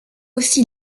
aussi